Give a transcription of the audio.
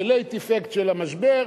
כ-late effect של המשבר,